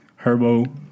Herbo